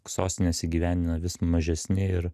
sostinės įgyvendina vis mažesni ir